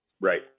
Right